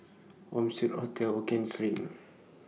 Home Suite Hotel Hokien Street